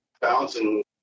bouncing